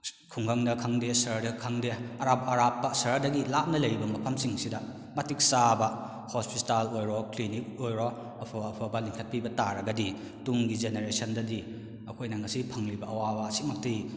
ꯈꯨꯡꯒꯪꯗ ꯈꯪꯗꯦ ꯁꯍꯔꯗ ꯈꯪꯗꯦ ꯑꯔꯥꯞ ꯑꯔꯥꯞꯄ ꯁꯍꯔꯗꯒꯤ ꯂꯥꯞꯅ ꯂꯩꯔꯤꯕ ꯃꯐꯝꯁꯤꯡꯁꯤꯗ ꯃꯇꯤꯛ ꯆꯥꯕ ꯍꯣꯁꯄꯤꯇꯥꯜ ꯑꯣꯏꯔꯣ ꯀ꯭ꯂꯤꯅꯤꯛ ꯑꯣꯏꯔꯣ ꯑꯐ ꯑꯐꯕ ꯂꯤꯡꯈꯠꯄꯤꯕ ꯇꯥꯔꯒꯗꯤ ꯇꯨꯡꯒꯤ ꯖꯦꯅꯦꯔꯦꯁꯟꯗꯗꯤ ꯑꯩꯈꯣꯏꯅ ꯉꯁꯤ ꯐꯪꯂꯤꯕ ꯑꯋꯥꯕ ꯑꯁꯤꯃꯛꯇꯤ